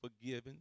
forgiven